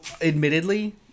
admittedly